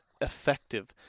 effective